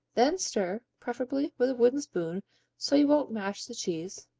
then stir, preferably with a wooden spoon so you won't mash the cheese,